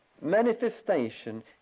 manifestation